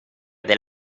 del